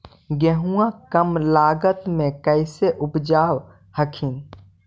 गेहुमा कम लागत मे कैसे उपजाब हखिन?